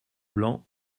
blanc